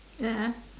a'ah